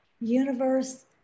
universe